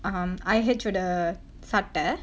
um I_H ஓட சட்ட:oda satta